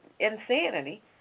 Insanity